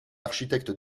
architecte